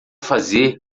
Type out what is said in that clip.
fazer